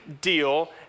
deal